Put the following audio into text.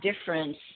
difference